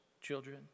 children